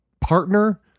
partner